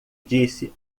disse